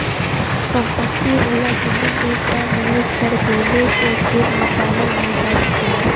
संपत्ति होला जेमन एक बार निवेस कर देले से फिर निकालल ना जा सकेला